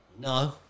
No